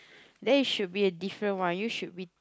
then it should be a different one you should be